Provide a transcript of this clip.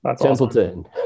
Templeton